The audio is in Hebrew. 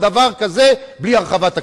דיבר על החוב הלאומי.